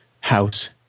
house